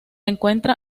encuentra